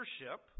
leadership